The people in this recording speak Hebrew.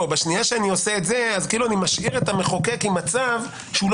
בשנייה שאני עושה את זה אני משאיר את המחוקק עם הצו כאילו